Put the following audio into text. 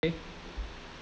eh